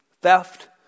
theft